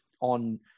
on